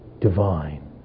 divine